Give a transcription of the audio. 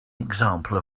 example